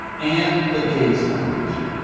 and the gates foundation.